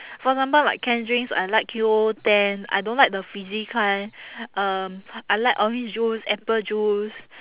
for example like canned drinks I like Qoo ten I don't like the fizzy kind um I like orange juice apple juice